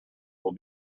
will